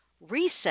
reset